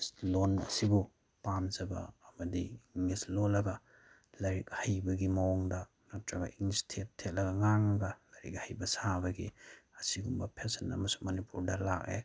ꯂꯣꯜ ꯑꯁꯤꯕꯨ ꯄꯥꯝꯖꯕ ꯑꯃꯗꯤ ꯏꯪꯂꯤꯁ ꯂꯣꯜꯂꯒ ꯂꯥꯏꯔꯤꯛ ꯍꯩꯕꯒꯤ ꯃꯑꯣꯡꯗ ꯅꯠꯇ꯭ꯔꯒ ꯏꯪꯂꯤꯁ ꯊꯦꯠ ꯊꯦꯠꯂꯒ ꯉꯥꯡꯉꯒ ꯂꯥꯏꯔꯤꯛ ꯍꯩꯕ ꯁꯥꯕꯒꯤ ꯑꯁꯤꯒꯨꯝꯕ ꯐꯦꯁꯟ ꯑꯃꯁꯨ ꯃꯅꯤꯄꯨꯔꯗ ꯂꯥꯛꯑꯦ